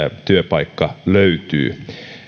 työpaikka löytyy